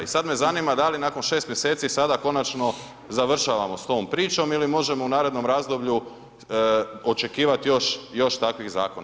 I sad me zanima da li nakon 6 mjeseci sada konačno završavamo s tom pričom ili možemo u narednom razdoblju očekivati još takvih zakona.